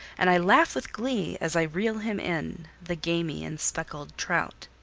and i laugh with glee as i reel him in, the gamy and speckled trout.